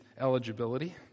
eligibility